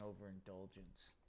overindulgence